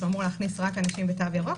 אמור להכניס רק אנשים בתו ירוק,